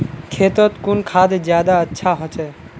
खेतोत कुन खाद ज्यादा अच्छा होचे?